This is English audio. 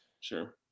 Sure